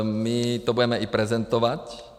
My to budeme i prezentovat.